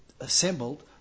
assembled